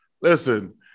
listen